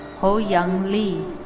hoyoung lee.